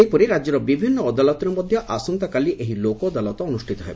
ସେହିପରି ରାଜ୍ୟର ବିଭିନ୍ନ ଅଦାଲତରେ ମଧ୍ଧ ଆସନ୍ତାକାଲି ଏହି ଲୋକ ଅଦାଲତ ଅନୁଷ୍ଟିତ ହେବ